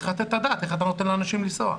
צריך לתת את הדעת איך לתת לאנשים לנסוע.